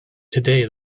today